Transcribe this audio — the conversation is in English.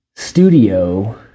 studio